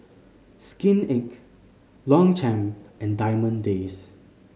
Skin Inc Longchamp and Diamond Days